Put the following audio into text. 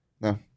No